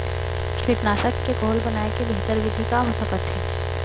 कीटनाशक के घोल बनाए के बेहतर विधि का हो सकत हे?